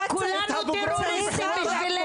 כולנו טרוריסטים בשבילך,